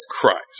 Christ